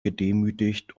gedemütigt